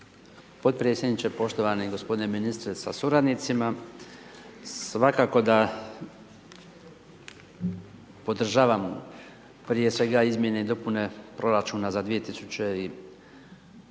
potpredsjedniče, poštovani g. ministre sa suradnicima, svakako da podržavam prije svega izmjene i dopune proračuna za 2018.